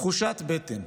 תחושת בטן.